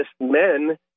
men